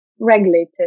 regulated